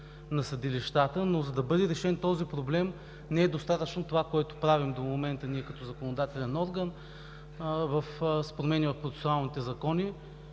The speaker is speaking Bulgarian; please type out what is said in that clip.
на съдилищата. Но за да бъде решен този проблем, не е достатъчно това, което правим до момента ние като законодателен орган с промени в процесуалните закони